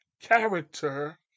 character